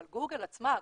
אבל גוגל עצמה,